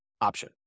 option